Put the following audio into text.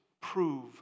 prove